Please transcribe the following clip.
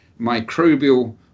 microbial